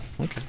okay